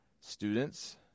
students